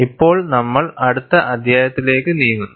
ഇപ്പോൾ നമ്മൾ അടുത്ത അധ്യായത്തിലേക്ക് നീങ്ങുന്നു